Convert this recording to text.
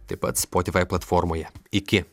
taip pat spotifai platformoje iki